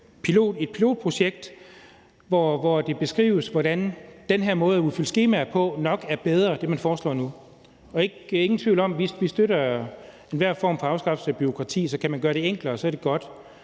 et pilotprojekt, hvor det beskrives, hvordan den her måde at udfylde skemaer på nok er bedre, altså det, man foreslår nu. Der er ingen tvivl om, at vi støtter enhver form for afskaffelse af bureaukrati, så kan man gøre det enklere, er det godt,